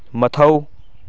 ꯃꯊꯧ